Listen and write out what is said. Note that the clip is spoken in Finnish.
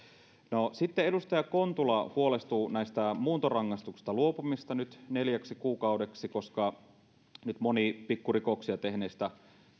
no sitten edustaja kontula huolestuu muuntorangaistuksista luopumisesta neljäksi kuukaudeksi koska nyt moni pikkurikoksia tehneistä